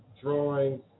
drawings